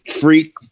freak